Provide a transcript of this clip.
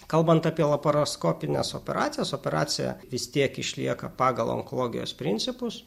kalbant apie laparoskopines operacijas operacija vis tiek išlieka pagal onkologijos principus